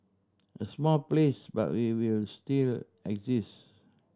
a small place but we will still exist